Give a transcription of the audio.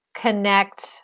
connect